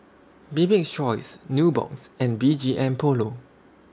Bibik's Choice Nubox and B G M Polo